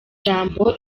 ijambo